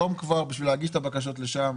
היום, בשביל להגיש את הבקשות לשם,